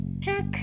Check